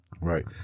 Right